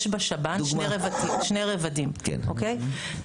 יש בשב"ן שני רבדים, אוקיי?